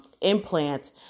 implants